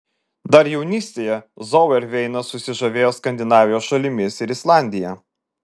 dar jaunystėje zauerveinas susižavėjo skandinavijos šalimis ir islandija